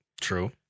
True